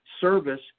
service